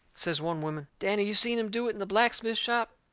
says one woman danny, you seen him do it in the blacksmith shop?